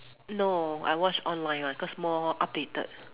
no I watch online [one] cause more updated